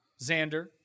Xander